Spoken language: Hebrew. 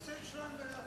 אני אשיב על השתיים ביחד.